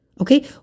Okay